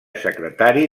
secretari